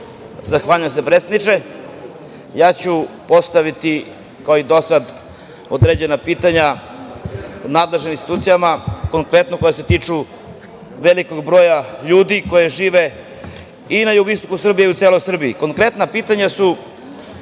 Zahvaljujem se predsedniče. Postaviću, kao i dosad određena pitanja nadležnim institucijama konkretno koja se tiču velikog broja ljudi koji žive i na jugoistoku Srbije i u celoj